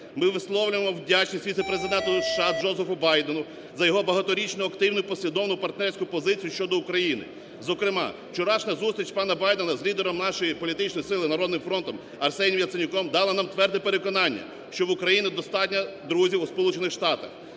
Ми висловлюємо вдячність віце-президенту США Джозефу Байдену за його багаторічну активну і послідовну партнерську позицію щодо України. Зокрема вчорашня зустріч пана Байдена з лідером нашої політичної сили "Народним фронтом" Арсенієм Яценюком дала нам тверде переконання, що у України достатньо багато друзів